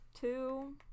two